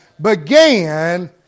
began